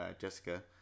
Jessica